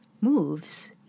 moves